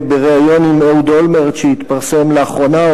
בריאיון עם אהוד אולמרט שהתפרסם לאחרונה,